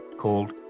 called